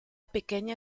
pequeña